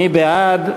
מי בעד?